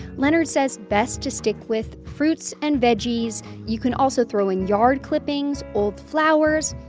leonard says best to stick with fruits and veggies. you can also throw in yard clippings, old flowers,